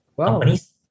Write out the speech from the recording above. companies